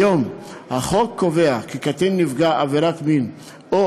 כיום החוק קובע כי קטין נפגע עבירת מין או